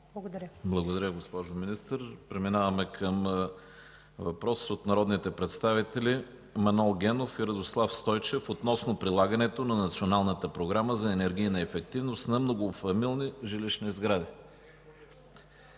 Благодаря, госпожо Министър. Преминаваме към въпрос от народните представители Манол Генов и Радослав Стойчев относно прилагането на Националната програма за енергийна ефективност на многофамилни жилищни сгради.